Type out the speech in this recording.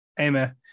Amen